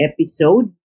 episode